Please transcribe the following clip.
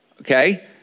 okay